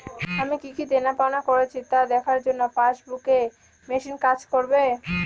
আমি কি কি দেনাপাওনা করেছি তা দেখার জন্য পাসবুক ই মেশিন কাজ করবে?